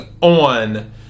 on